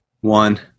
one